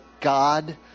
God